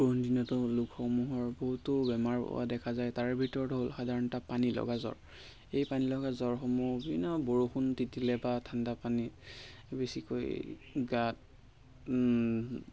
পুৰণি দিনতো লোকসমূহৰ বহুতো বেমাৰ হোৱা দেখা যায় তাৰ ভিতৰত হ'ল সাধাৰণতে পানীলগা জ্বৰ এই পানীলগা জ্বৰসমূহ বিভিন্ন বৰষুণ তিতিলে বা ঠাণ্ডা পানী বেছিকৈ গাত